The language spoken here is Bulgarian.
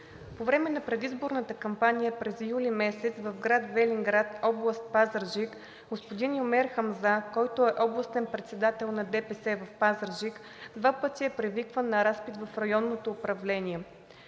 По време на предизборната кампания през месец юли в град Велинград, област Пазарджик господин Юмер Хамза, който е областен председател на ДПС в Пазарджик, два пъти е привикван на разпит в Районното управление.